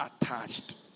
attached